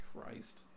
christ